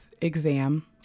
exam